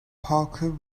parkour